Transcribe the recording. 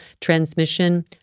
transmission